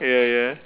ya ya